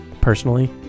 personally